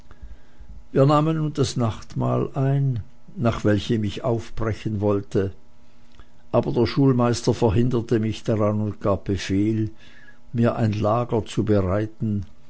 wir nahmen nun das nachtmahl ein nach welchem ich aufbrechen wollte aber der schulmeister verhinderte mich daran und gab befehl mir ein lager